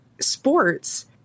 sports